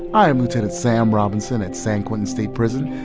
i'm lieutenant sam robinson at san quentin state prison.